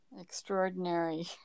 extraordinary